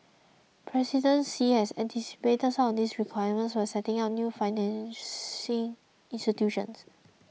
President Xi has anticipated some of these requirements by setting up new financing institutions